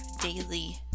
daily